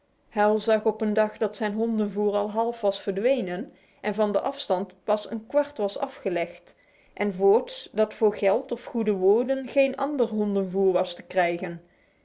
hal zag op een dag dat zijn hondenvoer al half was verdwenen en van de afstand pas een kwart was afgelegd en voorts dat voor geld of goede woorden geen ander hondenvoer was te krijgen